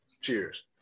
Cheers